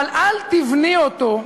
אבל אל תבני אותו,